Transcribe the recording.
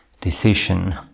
decision